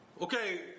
okay